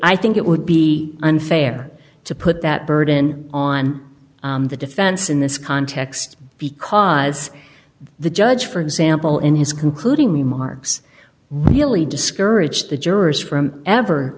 i think it would be unfair to put that burden on the defense in this context because the judge for example in his concluding remarks really discourage the jurors from ever